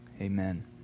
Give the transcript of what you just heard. Amen